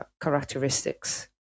characteristics